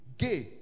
gay